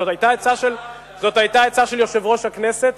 זו היתה עצה של יושב-ראש הכנסת,